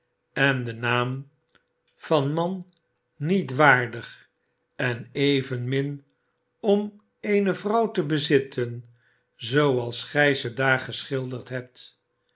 en den naam van man niet waardig en evenmin om eene vrouw te bezitten zooals gij ze daar geschilderd hebt